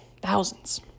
thousands